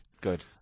Good